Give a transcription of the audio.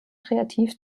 kreativ